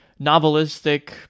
novelistic